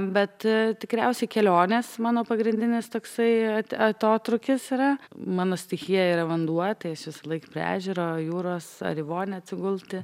bet tikriausiai kelionės mano pagrindinis toksai atotrūkis yra mano stichija yra vanduo tai aš visąlaik prie ežero jūros ar į vonią atsigulti